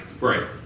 Right